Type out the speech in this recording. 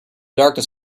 darkness